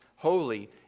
holy